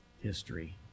history